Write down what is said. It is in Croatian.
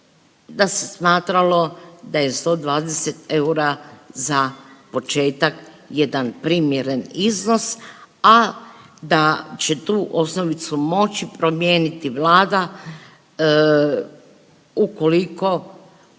da se smatralo da je 120 eura za početak jedan primjeren iznos, a da će tu osnovicu moći promijeniti Vlada ukoliko